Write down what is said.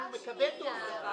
אנחנו יודעים שיש בעיות בדואר.